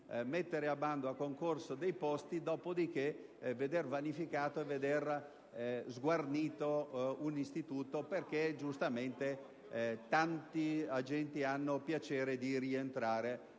mettere a concorso dei posti e poi vedere vanificato o sguarnito un istituto perché, giustamente, tanti agenti hanno piacere a rientrare